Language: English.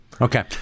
Okay